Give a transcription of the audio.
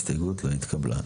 הצבעה לא התקבלה.